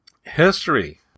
history